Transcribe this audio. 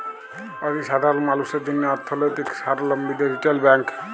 অতি সাধারল মালুসের জ্যনহে অথ্থলৈতিক সাবলম্বীদের রিটেল ব্যাংক